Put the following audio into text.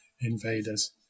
invaders